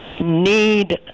need